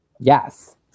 Yes